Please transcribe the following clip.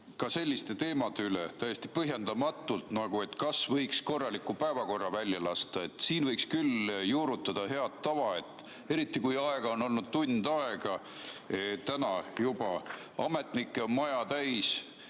ka selliste teemade üle täiesti põhjendamatult, kas võiks korraliku päevakorra välja lasta. Siin võiks küll juurutada head tava, eriti kui aega on olnud täna juba tund aega, ametnikke on maja täis,